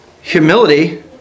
Humility